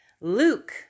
Luke